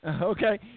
Okay